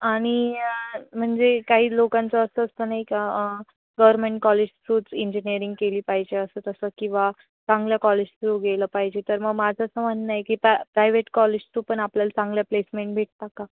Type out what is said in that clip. आणि म्हणजे काही लोकांचं असं असतं नाही का गवर्मेंट कॉलेज थ्रूच इंजिनिअरिंग केली पाहिजे असं तसं किंवा चांगल्या कॉलेज थ्रू गेलं पाहिजे तर मग माझं असं म्हणणं आहे की प्रय प्रायवेट कॉलेज थू पण आपल्याला चांगल्या प्लेसमेंट भेटता का